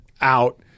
out